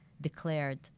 declared